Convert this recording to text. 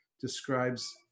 describes